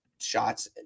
shots